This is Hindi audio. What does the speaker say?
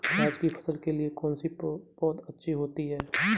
प्याज़ की फसल के लिए कौनसी पौद अच्छी होती है?